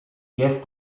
jest